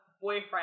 boyfriend